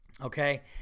okay